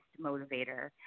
motivator